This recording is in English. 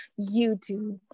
YouTube